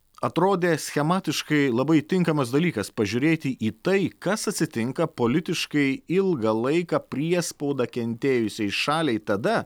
atrodė schematiškai labai tinkamas dalykas pažiūrėti į tai kas atsitinka politiškai ilgą laiką priespaudą kentėjusiai šaliai tada